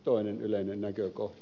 toinen yleinen näkökohta